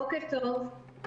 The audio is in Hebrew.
בוקר טוב.